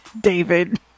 David